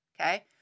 okay